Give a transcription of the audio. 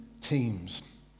teams